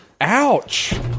Ouch